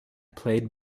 played